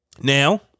Now